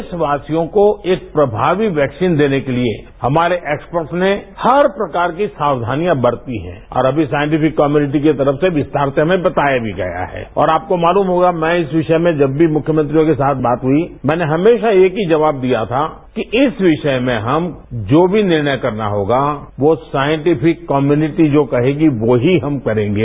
देशवासियों को एक प्रभावी वैक्सीन देने के लिए हमारे एक्सपर्ट्स ने हर प्रकार की साक्षानियां बरती हैं और अभी साइंटिफिक कम्युनिटी की तरफ से विस्तार से हमें बताया भी गया है और आपको मालूम होगा मैं इस विषय में जब भी मुख्यमंत्रियों के साथ बात हुई मैंने हमेशा एक ही जवाब दिया था कि इस विषय में हम जो भी निर्णय करना होगा वो सांइटिछिक कम्युनिटी जो कहेगी वो ही हम करेंगे